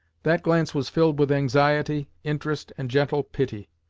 that glance was filled with anxiety, interest and gentle pity.